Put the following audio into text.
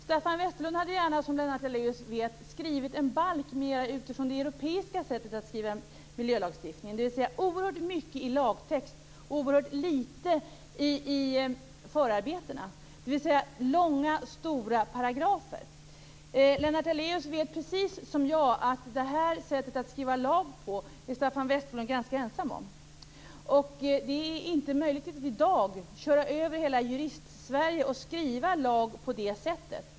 Staffan Westerlund hade gärna, som Lennart Daléus vet, skrivit en balk mer utifrån det europeiska sättet att skriva en miljölagstiftning, dvs. oerhört mycket i lagtext och oerhört litet i förarbetena - alltså långa, stora paragrafer. Lennart Daléus vet precis lika väl som jag att Staffan Westerlund är ganska ensam om att förespråka det här sättet att skriva lag på. Det är inte möjligt att i dag köra över hela Juristsverige och skriva lag på det sättet.